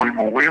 או עם מורים,